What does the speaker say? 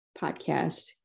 podcast